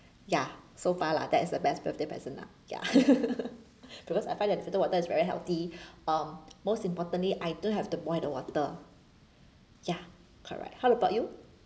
ya so far lah that is the best birthday person lah ya because I find that filter water is very healthy uh most importantly I don't have to boil the water ya correct how about you